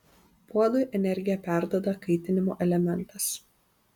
puodui energiją perduoda kaitinimo elementas